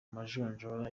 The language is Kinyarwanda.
majonjora